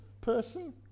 person